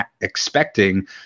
expecting